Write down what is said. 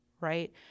right